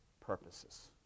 purposes